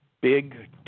big